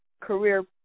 career